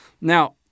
Now